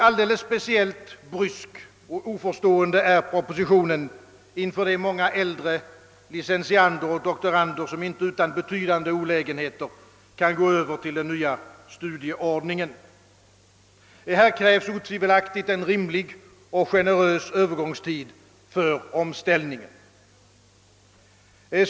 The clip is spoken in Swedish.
Alldeles speciellt brysk och oförstående är propositionen inför de många äldre licentiander och «doktorander som inte utan betydande olägenheter kan gå över till den nya studieordningen. Här krävs otvivelaktigt en rimlig och generös Övergångstid för omställningen.